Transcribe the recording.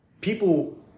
people